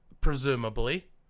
presumably